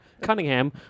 Cunningham